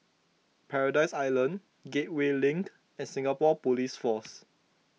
Paradise Island Gateway Link and Singapore Police Force